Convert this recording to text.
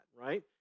right